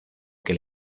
que